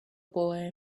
boy